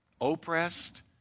oppressed